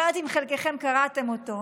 אני לא יודעת אם חלקכם קראתם אותו.